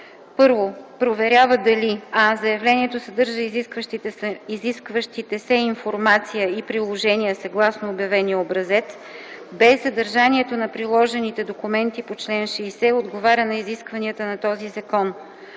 1. проверява дали: а) заявлението съдържа изискващите се информация и приложения, съгласно обявения образец; б) съдържанието на приложените документи по чл. 60 отговаря на изискванията на този закон;